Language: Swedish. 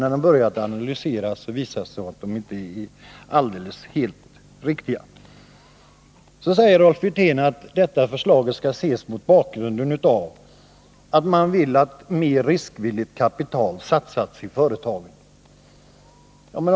När de analyseras visar det sig att de inte är alldeles riktiga. Rolf Wirtén säger att förslaget skall ses mot bakgrund av att regeringen vill att mer riskvilligt kapital satsas i företagen.